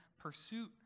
pursuit